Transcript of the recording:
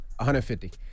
150